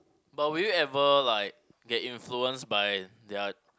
but will you ever like get influenced by their